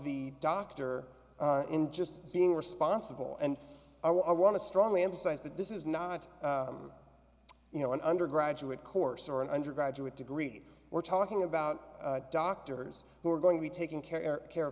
the doctor in just being responsible and i want to strongly emphasize that this is not you know an undergraduate course or an undergraduate degree we're talking about doctors who are going to be taking care care